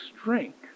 strength